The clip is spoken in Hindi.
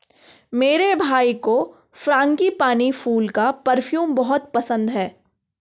मेरे भाई को फ्रांगीपानी फूल का परफ्यूम बहुत पसंद है